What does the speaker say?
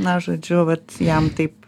na žodžiu vat jam taip